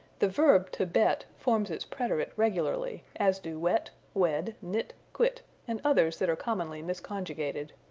the verb to bet forms its preterite regularly, as do wet, wed, knit, quit and others that are commonly misconjugated.